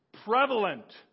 prevalent